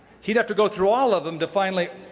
he'd have to go through all of them to finally,